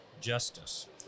justice